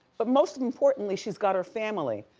but most importantly, she's got her family.